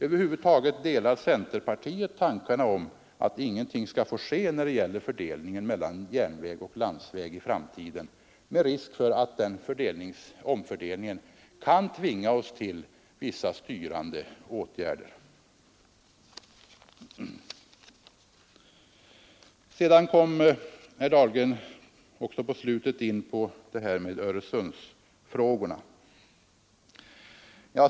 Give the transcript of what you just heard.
Instämmer centerpartiet i tanken att ingenting i framtiden skall få ske när det gäller fördelningen mellan järnväg och land g, med risk att omfördelningen annars skall tvinga oss till vissa styrande åtgärder? Sedan kom herr Dahlgren också in på Öresundsfrågorna.